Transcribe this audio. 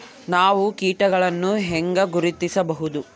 ನಾವು ಕೇಟಗಳನ್ನು ಹೆಂಗ ಗುರ್ತಿಸಬಹುದು?